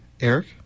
eric